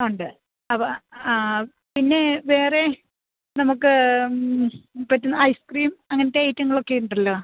ഉണ്ട് അപ്പം ആ പിന്നേ വേറെ നമുക്ക് പറ്റുന്ന ഐസ്ക്രീം അങ്ങനത്തെ ഐറ്റങ്ങളൊക്കെ ഉണ്ടല്ലോ